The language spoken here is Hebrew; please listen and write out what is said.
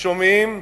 שומעים ושותקים,